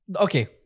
Okay